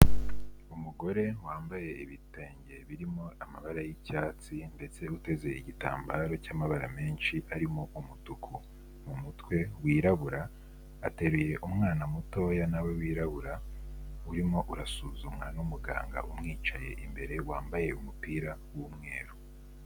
Umugore wambaye ibitenge birimo amabara yi'cyatsi ndetse uteze igitambaro cy'amabara menshi arimo umutuku mumutwe wirabura, ateruye umwana mutoya nawe wirabura urimo urasuzumwa n'umuganga umwicaye imbere wambaye umupira w'umweru.